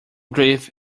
grief